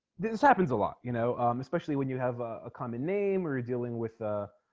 this happens a lot you know especially when you have a common name we're dealing with